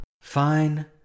Fine